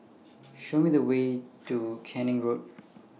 Show Me The Way to Canning Lane